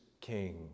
King